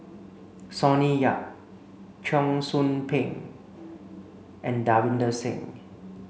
Sonny Yap Cheong Soo Pieng and Davinder Singh